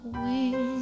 wings